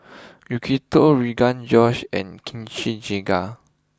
Yakitori Rogan Josh and Kimchi Jjigae